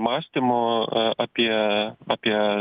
mąstymu apie apie